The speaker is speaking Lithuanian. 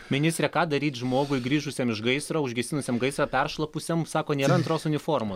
ministre ką daryt žmogui grįžusiam iš gaisro užgesinusiam gaisrą peršlapusiam sako nėra antros uniformos